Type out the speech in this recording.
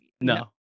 No